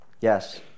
Yes